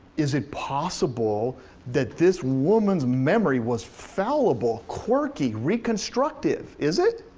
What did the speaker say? is it possible that this woman's memory was fallible, quirky, reconstructive? is it?